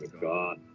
God